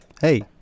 Hey